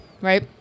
Right